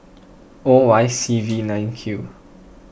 O Y C V nine Q